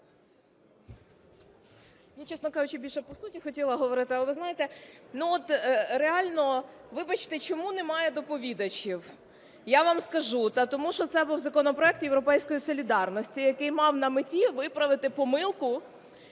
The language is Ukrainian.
Я, чесно кажучи, більше по суті хотіла говорити. Але знаєте, реально, вибачте, чому немає доповідачів? Я вам скажу: тому що це був законопроект "Європейської солідарності", який мав на меті виправити помилку,